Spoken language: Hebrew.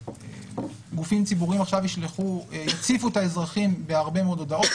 גופים ציבוריים יציפו את האזרחים בהרבה מאוד הודעות.